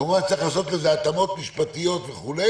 כמובן, צריך לעשות לזה התאמות משפטיות וכו',